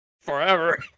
forever